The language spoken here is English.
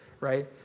right